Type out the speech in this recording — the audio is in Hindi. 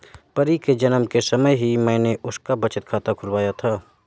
परी के जन्म के समय ही मैने उसका बचत खाता खुलवाया था